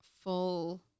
full